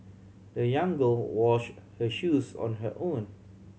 the young girl wash her shoes on her own